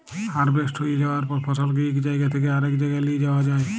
harvest হঁয়ে যাউয়ার পর ফসলকে ইক জাইগা থ্যাইকে আরেক জাইগায় লিঁয়ে যাউয়া হ্যয়